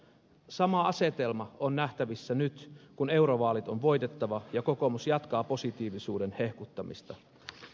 sama asetelma on nähtävissä nyt kun eurovaalit on voitettava ja kokoomus jatkaa positiivisuuden hehkuttamista